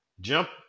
Jump